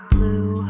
Blue